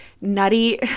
nutty